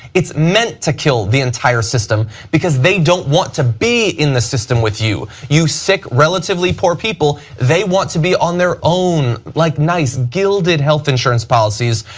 it is meant to kill the entire system because they don't want to be in the system with you. you sick, relatively poor people, they want to be on their own like nice gilded health insurance policies.